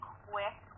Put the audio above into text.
quick